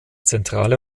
zentrale